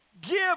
give